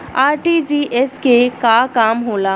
RTGS के का काम होला?